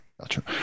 gotcha